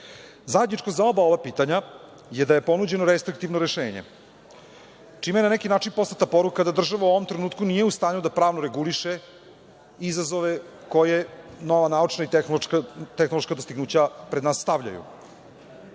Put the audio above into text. Zajedničko za oba ova pitanja je da je ponuđeno restriktivno rešenje, čime je na neki način poslata poruka da država u ovom trenutku nije u stanju da pravno reguliše izazove koje nova naučna i tehnološka dostignuća pred nas stavljaju. Shvatamo